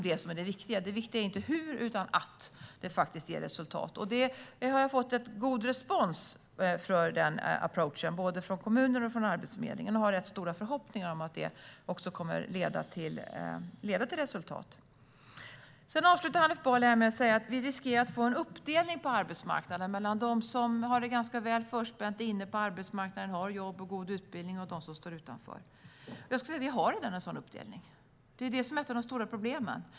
Det viktiga är inte hur utan att det ger resultat. Jag har fått god respons på den approachen både från kommuner och från Arbetsförmedlingen och har rätt stora förhoppningar om att det kommer att leda till resultat. Hanif Bali avslutade sitt inlägg med att säga att vi riskerar att få en uppdelning på arbetsmarknaden mellan dem som har det ganska väl förspänt, är inne på arbetsmarknaden, har god utbildning och jobb, och dem som står utanför. Jag skulle säga att vi redan har en sådan uppdelning. Det är ett av de stora problemen.